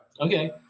okay